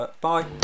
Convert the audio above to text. Bye